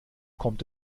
kommt